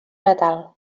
natal